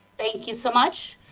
thank you so much.